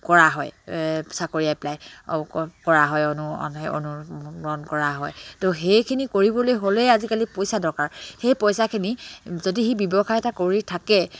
কৰা হয় চাকৰি এপ্লাই কৰা হয় কৰা হয় তো সেইখিনি কৰিবলৈ হ'লেই আজিকালি পইচা দৰকাৰ সেই পইচাখিনি যদি সি ব্যৱসায় এটা কৰি থাকে